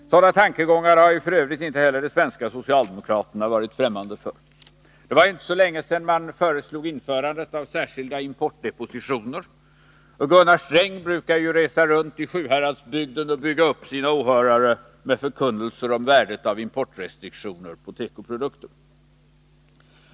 Sådana tankegångar har ju f. ö. inte heller de svenska socialdemokraterna varit ffrämmande för. Det är inte så länge sedan man föreslog införandet av särskilda importdepositioner, och Gunnar Sträng brukar ju resa runt i Sjuhäradsbygden och bygga upp sina åhörare med förkunnelser om värdet av importrestriktioner på tekoprodukter.